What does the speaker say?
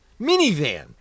minivan